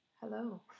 Hello